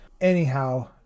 Anyhow